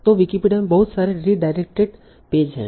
तो विकिपीडिया में बहुत सारे रीडाईरेकटेड पेज हैं